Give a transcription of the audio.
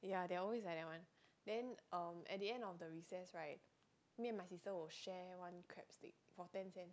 yeah they will always like that [one] then um at the end of the recess right me and my sister will share one crab stick for ten cents